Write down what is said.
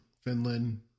finland